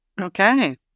Okay